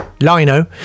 Lino